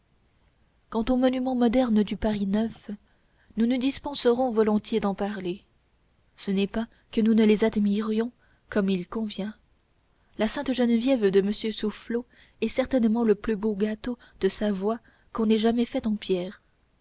quant aux monuments modernes du paris neuf nous nous dispenserons volontiers d'en parler ce n'est pas que nous ne les admirions comme il convient la sainte-geneviève de m soufflot est certainement le plus beau gâteau de savoie qu'on ait jamais fait en pierre